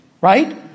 right